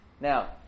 Now